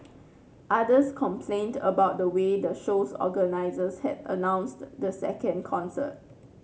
others complained about the way the show's organisers had announced the second concert